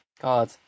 god